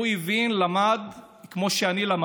הוא הבין, למד,